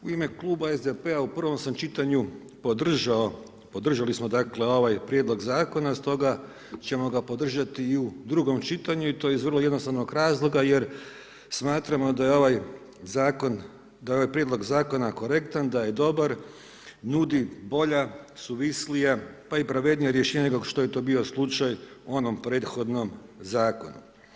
U ime Kluba SDP-a u prvom sam čitanju, podržao, podržali smo dakle ovaj Prijedlog Zakona, stoga ćemo ga podržati i u drugom čitanju, i to iz vrlo jednostavnog razloga jer smatramo da je ovaj Zakon, da je ovaj Prijedlog Zakona korektan, da je dobar, nudi bolja, suvislija, pa i pravednija rješenja nego što je to bio slučaj u onom prethodnom Zakonu.